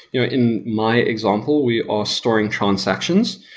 yeah in my example, we are storing transactions.